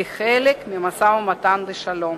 כחלק ממשא-ומתן לשלום.